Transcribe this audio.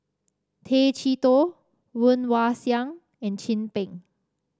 Tay Chee Toh Woon Wah Siang and Chin Peng